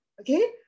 Okay